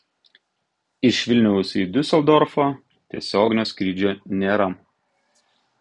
iš vilniaus į diuseldorfą tiesioginio skrydžio nėra